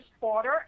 quarter